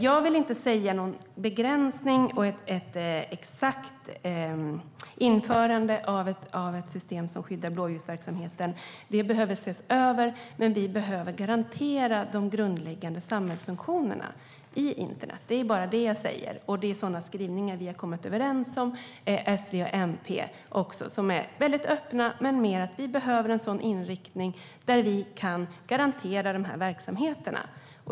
Jag vill inte göra någon begränsning eller ange ett exakt datum för när ett system som skyddar blåljusverksamheten ska införas. Det behöver ses över. Men vi behöver garantera de grundläggande samhällsfunktionerna i internet - det är bara det jag säger. Det är sådana skrivningar som vi inom S, V och MP kommit överens om. Skrivningarna är väldigt öppna men har en inriktning på att vi ska kunna garantera dessa verksamheter.